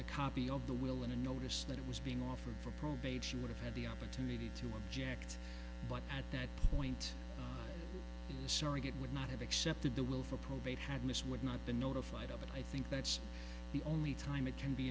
a copy of the will and a notice that was being offered for probate she would have had the opportunity to object but at that point the surrogate would not have accepted the will for probate had missed would not been notified of it i think that's the only time it can be